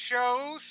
shows